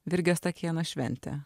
virgio stakėno šventę